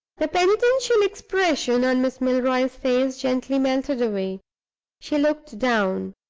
the penitential expression on miss milroy's face gently melted away she looked down,